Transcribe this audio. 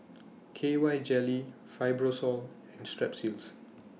K Y Jelly Fibrosol and Strepsils